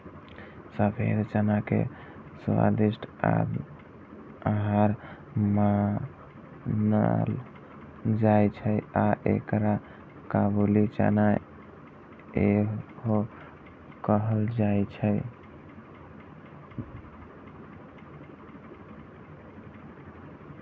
सफेद चना के स्वादिष्ट आहार मानल जाइ छै आ एकरा काबुली चना सेहो कहल जाइ छै